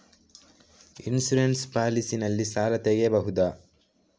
Insurance policy ನಲ್ಲಿ ಸಾಲ ತೆಗೆಯಬಹುದ?